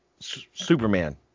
Superman